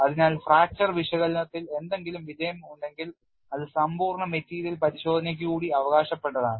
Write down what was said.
അതിനാൽ ഫ്രാക്ചർ വിശകലനത്തിൽ എന്തെങ്കിലും വിജയം ഉണ്ടെങ്കിൽ അത് സമ്പൂർണ്ണ മെറ്റീരിയൽ പരിശോധനക്ക് കൂടി അവകാശപ്പെട്ടതാണ്